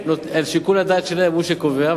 שיקול הדעת שלהם הוא שקובע,